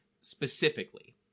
specifically